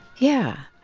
yeah,